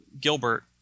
Gilbert